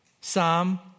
Psalm